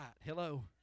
Hello